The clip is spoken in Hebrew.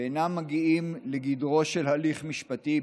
ואינם מגיעים לגדרו של הליך משפטי,